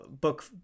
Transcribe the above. book